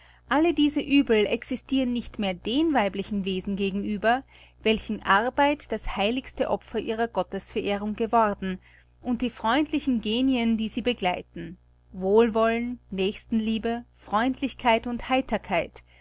alle diese uebel existiren nicht mehr den weiblichen wesen gegenüber welchen arbeit das heiligste opfer ihrer gottesverehrung geworden und die freundlichen genien die sie begleiten wohlwollen nächstenliebe freundlichkeit und heiterkeit